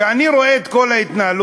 כשאני רואה את כל ההתנהלות